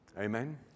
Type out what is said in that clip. Amen